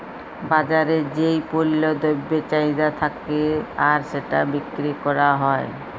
বাজারে যেই পল্য দ্রব্যের চাহিদা থাক্যে আর সেটা বিক্রি ক্যরা হ্যয়